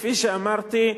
כפי שאמרתי,